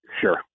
Sure